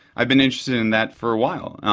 i've been interested in that for a while.